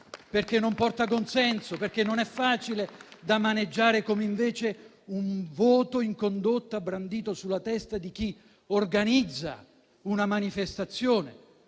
perché non porta consenso, perché non è facile da maneggiare come invece lo è un voto in condotta brandito sulla testa di chi organizza una manifestazione.